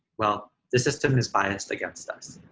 well, this system and is biased against us.